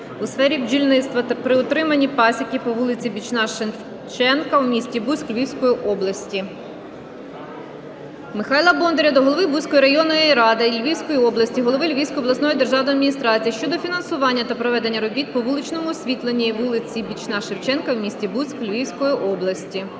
у сфері бджільництва при утриманні пасіки по вулиці Бічна Шевченка у місті Буськ Львівської області. Михайла Бондаря до голови Буської районної ради Львівської області, голови Львівської обласної державної адміністрації щодо фінансування та проведення робіт по вуличному освітленню вулиці Бічна Шевченка у місті Буськ Львівської області.